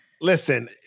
Listen